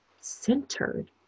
centered